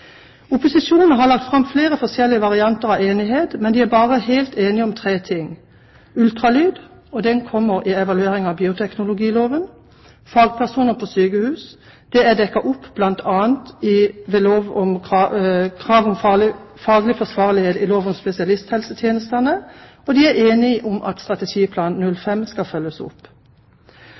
Opposisjonen har lagt fram flere forskjellige varianter av enighet, men de er helt enige om bare tre ting: De er enige om ultralyd, og den kommer i evalueringen av bioteknologiloven, de er enige om fagpersoner på sykehus, det er dekket opp bl.a. ved krav om faglig forsvarlighet i lov om spesialisthelsetjenesten m.m., og de er enige om at strategiplan 05 skal følges opp.